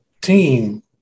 team